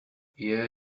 yeah